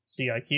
CIQ